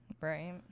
Right